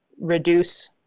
reduce